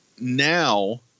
now